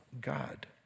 God